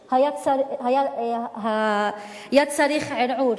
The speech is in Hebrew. העדים, אי-אפשר לחקור.